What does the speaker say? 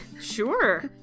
Sure